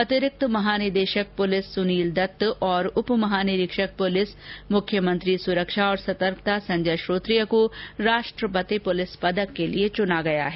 अतिरिक्त महानिदेशक पुलिस सुनील दत्त और उप महानिरीक्षक पुलिस मुख्यमंत्री सुरक्षा और सतर्कता संजय श्रोत्रिय को राष्ट्रपति पुलिस पदक के लिए चुना गया है